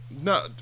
no